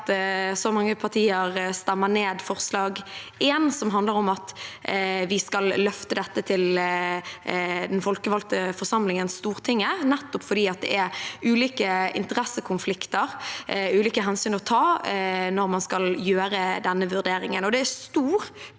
så mange partier stemmer ned forslag nr. 1, som handler om å løfte dette til den folkevalgte forsamlingen, Stortinget, nettopp fordi det er ulike interessekonflikter og ulike hensyn å ta når man skal gjøre denne vurderingen. Det er stor